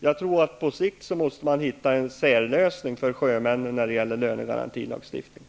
Jag tror att det på sikt är nödvändigt med en särlösning för sjömännen just när det gäller lönegarantilagstiftningen.